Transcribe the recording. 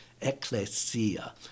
ecclesia